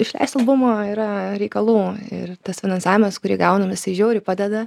išleist albumą yra reikalų ir tas finansavimas kurį gaunam jisai žiauriai padeda